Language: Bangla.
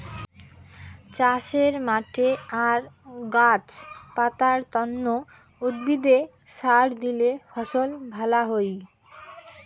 চাষের মাঠে আর গাছ পাতার তন্ন উদ্ভিদে সার দিলে ফসল ভ্যালা হই